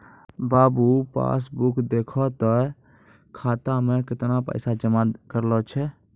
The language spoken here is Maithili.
बाबू पास बुक देखहो तें खाता मे कैतना पैसा जमा करलो छै